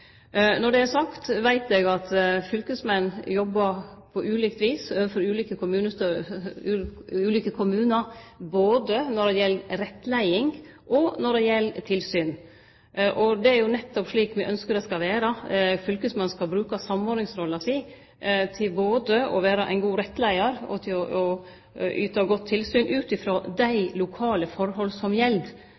Når det er sagt, veit eg at fylkesmenn jobbar på ulikt vis overfor ulike kommunar, både når det gjeld rettleiing, og når det gjeld tilsyn. Det er jo nettopp slik me ynskjer det skal vere. Fylkesmannen skal bruke samordningsrolla si både til å vere ein god rettleiar og til å yte godt tilsyn ut frå dei lokale forholda som gjeld,